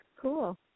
Cool